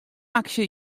aksje